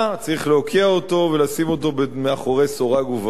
צריך להוקיע אותו ולשים אותו מאחורי סורג ובריח.